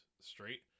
straight